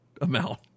amount